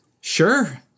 Sure